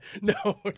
No